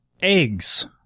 eggs